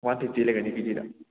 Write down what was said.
one fifty ꯂꯩꯒꯅꯤ ꯀꯦꯖꯤꯗ